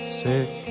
sick